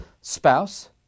spouse